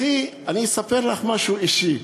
אני אספר לך משהו אישי: